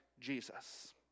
Jesus